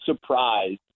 surprised